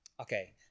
okay